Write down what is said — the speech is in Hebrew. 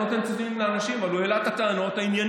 אני לא אוהב לתת ציונים לאנשים אבל הוא העלה טענות ענייניות,